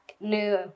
new